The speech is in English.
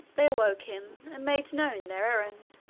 they awoke him, and made known their errand.